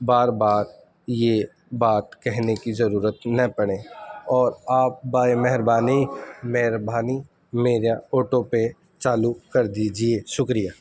بار بار یہ بات کہنے کی ضرورت نہ پڑے اور آپ برائے مہربانی مہربانی میرا آٹو پے چالو کر دیجیے شکریہ